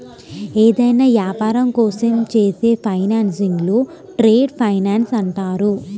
ఏదైనా యాపారం కోసం చేసే ఫైనాన్సింగ్ను ట్రేడ్ ఫైనాన్స్ అంటారు